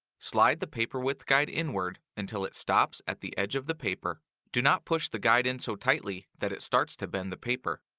slide the paper width guide inward until it stops at the edge of the paper. do not push the guide in so tightly that it starts to bend the paper.